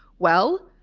well,